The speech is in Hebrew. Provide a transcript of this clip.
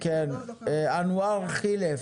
אנואר חילף,